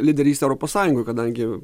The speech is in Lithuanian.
lyderystę europos sąjungoj kadangi